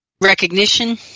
recognition